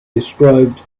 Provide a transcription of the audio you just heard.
described